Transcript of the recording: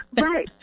Right